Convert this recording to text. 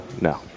No